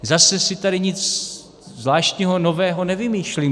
Zase si tady nic zvláštního, nového nevymýšlím.